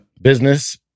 business